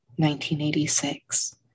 1986